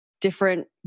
different